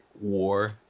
war